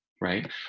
Right